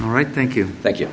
right thank you thank you